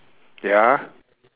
ya